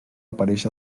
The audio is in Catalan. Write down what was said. apareix